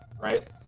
Right